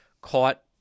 caught